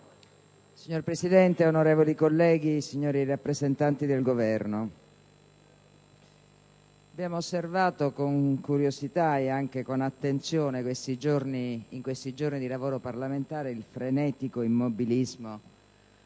Signor Presidente, onorevoli colleghi, signori rappresentanti del Governo, abbiamo osservato con curiosità e anche con attenzione in questi giorni di lavoro parlamentare il frenetico immobilismo